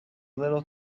little